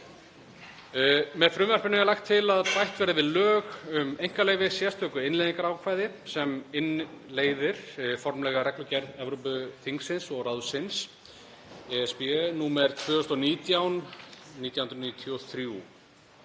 Með frumvarpinu er lagt til að bætt verði við lög um einkaleyfi sérstöku innleiðingarákvæði sem innleiðir formlega reglugerð Evrópuþingsins og ráðsins (ESB) nr. 2019/933,